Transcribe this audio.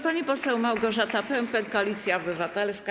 Pani poseł Małgorzata Pępek, Koalicja Obywatelska.